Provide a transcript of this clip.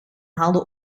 haalde